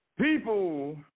People